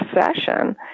session